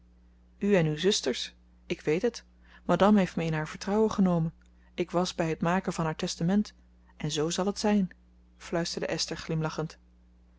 u en uw zusters ik weet het madame heeft me in haar vertrouwen genomen ik was bij het maken van haar testament en zoo zal het zijn fluisterde esther glimlachend